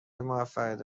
موفقیت